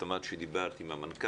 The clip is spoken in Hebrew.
את אמרת שדיברת עם המנכ"ל,